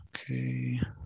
okay